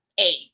eight